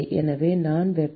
எனவே என்ன வெப்பம்